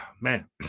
Man